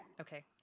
Okay